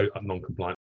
non-compliant